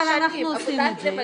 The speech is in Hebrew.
אבל אנחנו עושים את זה.